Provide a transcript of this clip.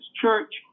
church